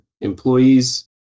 employees